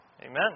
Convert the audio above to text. Amen